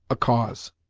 a cause.